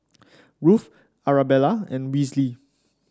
Ruth Arabella and Wesley